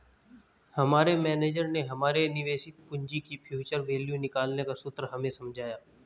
हमारे मेनेजर ने हमारे निवेशित पूंजी की फ्यूचर वैल्यू निकालने का सूत्र हमें समझाया